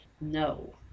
no